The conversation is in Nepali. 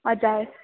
हजुर